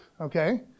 okay